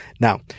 Now